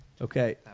Okay